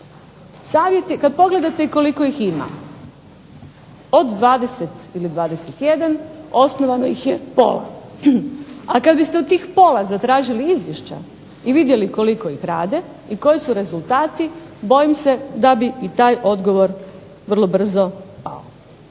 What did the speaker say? kad pogledate koliko ih ima, od 20 ili 21 osnovano ih je pola, a kad biste od tih pola zatražili izvješća i vidjeli koliko ih rade i koji su rezultati bojim se da bi i taj odgovor vrlo brzo pao.